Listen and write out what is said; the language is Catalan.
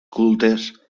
cultes